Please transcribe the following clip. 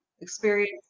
experience